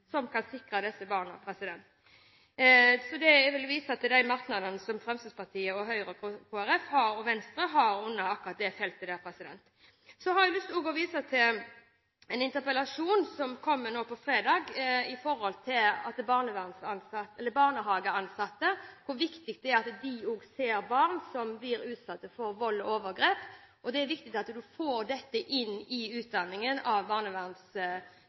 som kan sikre disse barna. Jeg vil vise til de merknadene som Fremskrittspartiet, Høyre, Kristelig Folkeparti og Venstre har på akkurat dette feltet. Så har jeg lyst også å vise til en interpellasjon som kommer nå på fredag om hvor viktig det er at barnehageansatte også ser barn som blir utsatt for vold og overgrep. Det er viktig at man får dette inn i